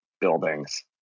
buildings